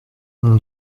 mon